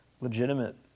legitimate